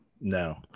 No